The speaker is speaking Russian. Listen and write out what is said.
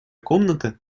комната